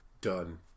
Done